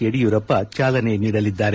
ಯಡಿಯೂರಪ್ಪ ಚಾಲನೆ ನೀಡಲಿದ್ದಾರೆ